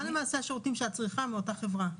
מהם השירותים שאת צריכה מאות חברה?